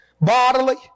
bodily